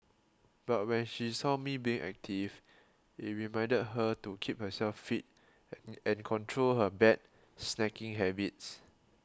but when she saw me being active it reminded her to keep herself fit and control her bad snacking habits